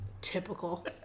Typical